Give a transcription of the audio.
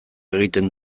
egiten